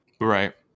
right